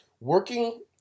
working